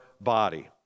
body